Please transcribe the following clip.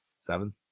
Seven